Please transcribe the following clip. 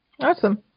Awesome